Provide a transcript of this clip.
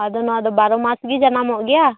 ᱟᱫᱚ ᱱᱚᱣᱟᱫᱚ ᱵᱟᱨᱚ ᱢᱟᱥᱜᱮ ᱡᱟᱱᱟᱢᱚᱜ ᱜᱮᱭᱟ